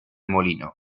molino